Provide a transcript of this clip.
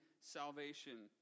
salvation